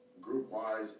group-wise